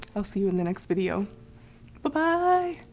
i'll see you in the next video bye